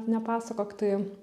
nepasakok tai